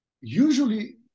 Usually